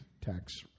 tax